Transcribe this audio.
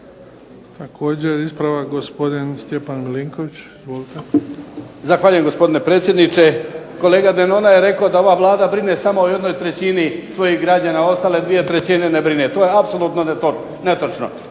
Također ispravak, gospodin Stjepan Milinković. Izvolite. **Milinković, Stjepan (HDZ)** Zahvaljujem gospodine predsjedniče. Kolega Denona je rekao da ova Vlada brine samo o jednoj trećini svojih građana, a ostale dvije trećine ne brine. To je apsolutno netočno.